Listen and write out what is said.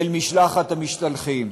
אל משלחת המשתלחים.